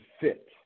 fit